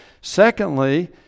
secondly